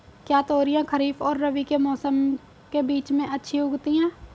क्या तोरियां खरीफ और रबी के मौसम के बीच में अच्छी उगती हैं?